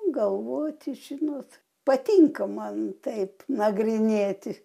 galvoti žinot patinka man taip nagrinėti